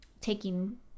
taking